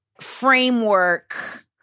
framework